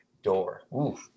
door